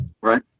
right